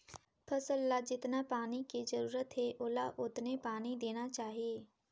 फसल ल जेतना पानी के जरूरत हे ओला ओतने पानी देना चाही